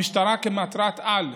המשטרה, כמטרת-על,